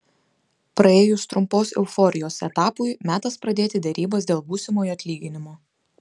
praėjus trumpos euforijos etapui metas pradėti derybas dėl būsimojo atlyginimo